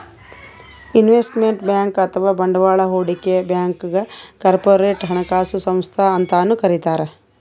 investment bank ಅಥವಾ ಬಂಡವಾಳ್ ಹೂಡಿಕೆ ಬ್ಯಾಂಕ್ಗ್ ಕಾರ್ಪೊರೇಟ್ ಹಣಕಾಸು ಸಂಸ್ಥಾ ಅಂತನೂ ಕರಿತಾರ್